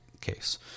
case